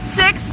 six